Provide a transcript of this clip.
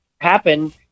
happen